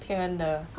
骗人的